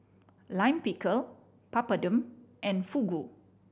Lime Pickle Papadum and Fugu